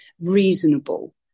reasonable